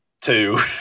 two